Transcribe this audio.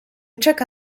czeka